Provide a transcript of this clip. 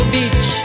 Beach